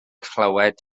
chlywed